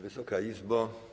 Wysoka Izbo!